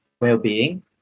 well-being